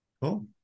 Cool